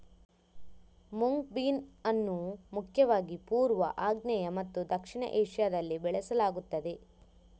mung bean ಅನ್ನು ಮುಖ್ಯವಾಗಿ ಪೂರ್ವ, ಆಗ್ನೇಯ ಮತ್ತು ದಕ್ಷಿಣ ಏಷ್ಯಾದಲ್ಲಿ ಬೆಳೆಸಲಾಗುತ್ತದೆ